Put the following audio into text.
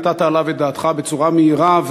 נתת עליו את דעתך בצורה מהירה,